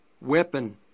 weapon